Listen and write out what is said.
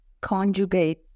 conjugate